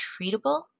treatable